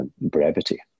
brevity